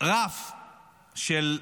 רף של,